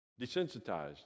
desensitized